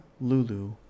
Lulu